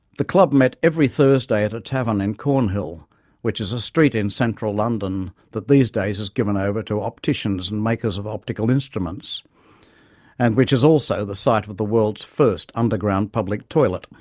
the club met every thursday at a tavern in cornhill which is a street in central london that these days is given over to opticians and makers of optical instruments and which is also the site of the world's first underground public toilet.